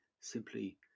simply